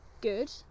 good